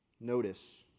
Notice